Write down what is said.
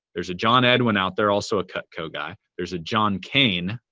there's a jon edwin out there, also a cutco guy. there's a jon kane.